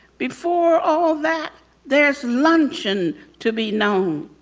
before all that there's luncheon to be known.